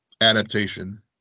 adaptation